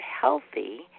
healthy